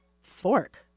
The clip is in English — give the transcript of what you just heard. Fork